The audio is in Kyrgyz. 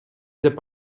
деп